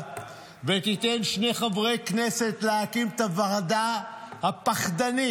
ותיתן שני חברי כנסת להקים את הוועדה הפחדנית,